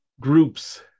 groups